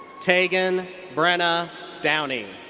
teagan brenna downey.